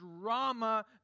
drama